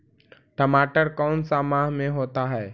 टमाटर कौन सा माह में होता है?